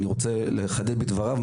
אני רוצה לחדד משהו בדבריו,